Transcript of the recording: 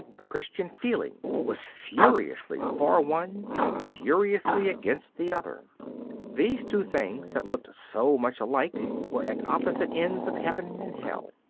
the christian feeling was furiously for one and furiously against the other these two things that looked so much alike were at opposite ends of heaven and hell.